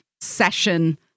session